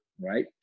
right